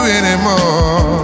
anymore